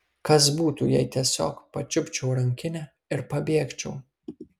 kas būtų jei tiesiog pačiupčiau rankinę ir pabėgčiau